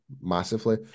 massively